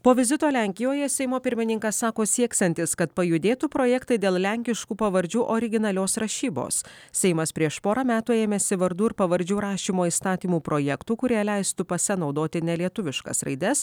po vizito lenkijoje seimo pirmininkas sako sieksiantis kad pajudėtų projektai dėl lenkiškų pavardžių originalios rašybos seimas prieš porą metų ėmėsi vardų ir pavardžių rašymo įstatymų projektų kurie leistų pase naudoti nelietuviškas raides